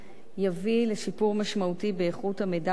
יביא לשיפור משמעותי באיכות המידע